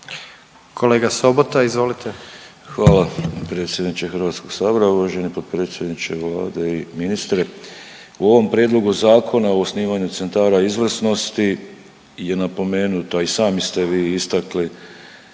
**Sobota, Darko (HDZ)** Hvala predsjedniče HS. Uvaženi potpredsjedniče Vlade i ministre, u ovom prijedlogu Zakona o osnivanju centara izvrsnosti je napomenuto, a i sami ste vi istakli